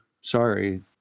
sorry